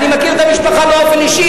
אני מכיר את המשפחה באופן אישי,